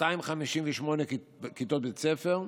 258 כיתות בית ספר,